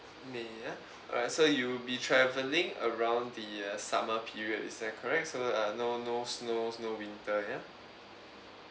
nay ya alright so you'll be travelling around the err summer period is that correct so uh no no snows no winter ya